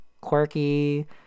quirky